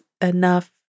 enough